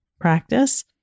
practice